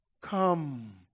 come